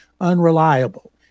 unreliable